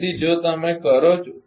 તેથી જો તમે કરો છો